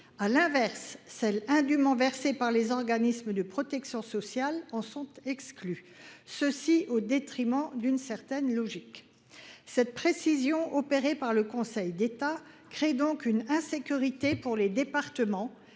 À l’inverse, les sommes indûment versées par les organismes de protection sociale en sont toujours exclues, et ce au détriment d’une certaine logique. La précision ainsi opérée par le Conseil d’État crée une insécurité pour les départements,